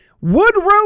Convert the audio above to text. Woodrow